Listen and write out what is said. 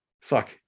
fuck